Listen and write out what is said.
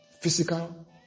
physical